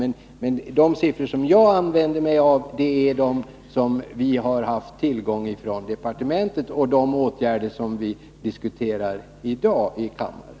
Men de siffror som jag använde mig av är de som vi har haft tillgång till från departementet och gäller de åtgärder som vi diskuterar i dag i kammaren.